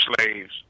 slaves